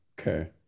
Okay